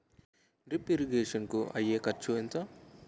Drip irrigation కూ అయ్యే ఖర్చు ఎంత?